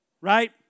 right